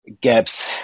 gaps